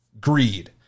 greed